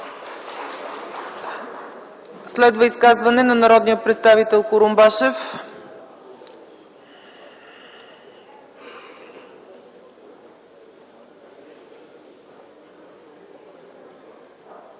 Следва изказване на народния представител госпожа